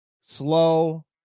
slow